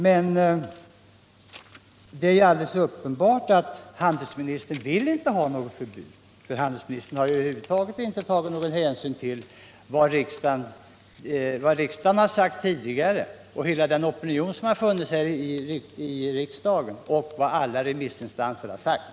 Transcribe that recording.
Men det är alldeles uppenbart att handelsministern inte vill ha något förbud, för han har över huvud taget inte tagit någon hänsyn till vad riksdagen har sagt tidigare och den opinion som har funnits här eller till vad alla remissinstanser har sagt.